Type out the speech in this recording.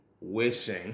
wishing